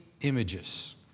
images